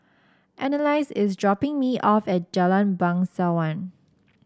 Annalise is dropping me off at Jalan Bangsawan